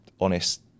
honest